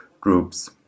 groups